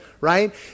Right